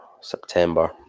September